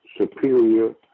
superior